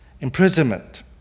Imprisonment